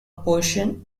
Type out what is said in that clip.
portion